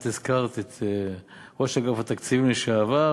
את הזכרת את ראש אגף התקציבים לשעבר,